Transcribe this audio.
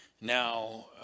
Now